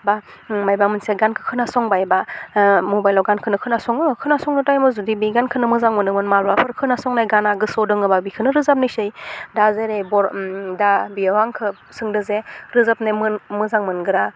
बा माबा मोनसे गानखौ खोनासंबाय बा मबेलाव गानखौनो खोनासङो खोनासंनाय जुदि बे गानखोमो मोजां मोनोमोन माबाफोर खोनासंनाय गाना गोसोआव दङबा बिखौनो रोजाबनायसाय जेरै दा बेयाव आंखौ सोंदों जे रोजाबनायाव मोजां मोनग्रा